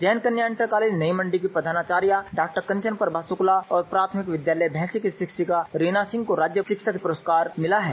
Jain Kanya inter college Nai Mandi की प्रधानाचार्या डॉ कंचन प्रभा शुक्ला और प्राथमिक विद्यालय भैसी की शिक्षिका रीना सिंह को राज्य शिक्षक पुरस्कार मिला है